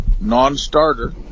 non-starter